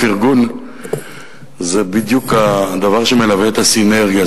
פרגון זה בדיוק הדבר שמלווה את הסינרגיה,